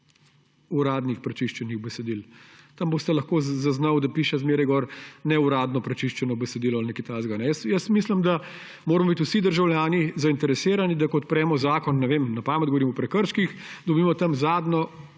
uradnih prečiščenih besedil. Tam boste lahko zaznali, da zmeraj piše neuradno prečiščeno besedilo ali nekaj takega. Jaz mislim, da moramo biti vsi državljani zainteresirani, da ko odpremo, na pamet govorim, Zakon o prekrških, dobimo tam zadnje